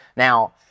Now